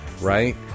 right